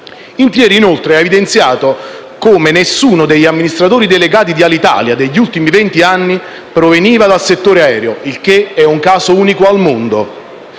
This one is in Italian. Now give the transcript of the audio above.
Intrieri, inoltre, ha evidenziato che nessuno degli amministratori delegati dell'Alitalia degli ultimi vent'anni proveniva dal settore aereo, il che è un caso unico al mondo.